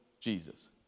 Jesus